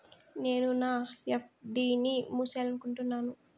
నేను నా ఎఫ్.డి ని మూసేయాలనుకుంటున్నాను